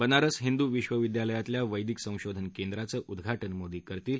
बनारस हिंदू विश्वविद्यालयात वैदीक संशोधन केंद्रचं उद्घाटन मोदी करतील